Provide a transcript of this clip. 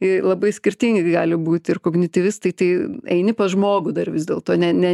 i labai skirtingi gi gali būti ir kognityvistai tai eini pas žmogų dar vis dėlto ne ne